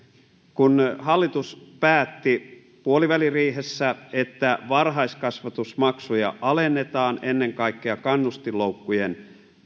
kun hallitus päätti puoliväliriihessä että varhaiskasvatusmaksuja alennetaan ennen kaikkea kannustinloukkujen